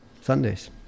Sundays